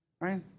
Right